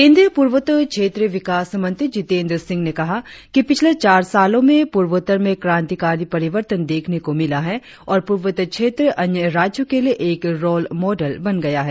केंद्रीय पूर्वोत्तर क्षेत्रीय विकास मंत्री जितेंद्र सिंह ने कहा कि पिछले चार सालों में पूर्वोत्तर में क्रांतिकारी परिवर्तन देखने को मिला है और पूर्वोत्तर क्षेत्र अन्य राज्यों के लिए एक रोल मॉडल बन गया है